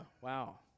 wow